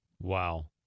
Wow